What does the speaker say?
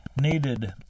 needed